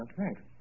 thanks